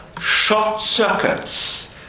short-circuits